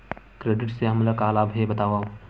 Credit से हमला का लाभ हे बतावव?